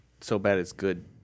so-bad-it's-good